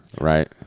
right